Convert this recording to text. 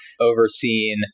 overseen